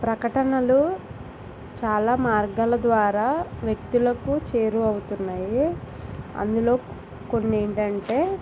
ప్రకటనలు చాలా మార్గాల ద్వారా వ్యక్తులకు చేరువ అవుతున్నాయి అందులో కొన్ని ఏంటంటే